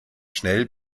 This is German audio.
schnell